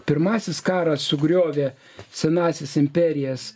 pirmasis karas sugriovė senąsias imperijas